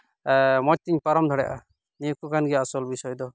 ᱢᱚᱡᱽ ᱛᱤᱧ ᱯᱟᱨᱚᱢ ᱫᱟᱲᱮᱭᱟᱜᱼᱟ ᱱᱤᱭᱟᱹ ᱠᱚ ᱠᱟᱱ ᱜᱮᱭᱟ ᱟᱥᱚᱞ ᱵᱤᱥᱚᱭ ᱫᱚ